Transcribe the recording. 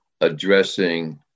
addressing